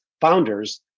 founders